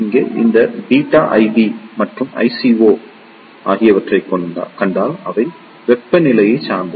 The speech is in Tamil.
இங்கே இந்த பீட்டா IB மற்றும் ICO ஆகியவற்றைக் கண்டால் அவை வெப்பநிலையைச் சார்ந்தது